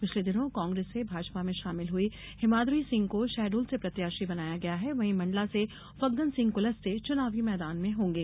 पिछले दिनों कांग्रेस से भाजपा में शामिल हुई हिमाद्री सिंह को शहडोल से प्रत्याशी बनाया गया है वहीं मंडला से फग्गन सिंह कुलस्ते चुनावी मैदान में होंगे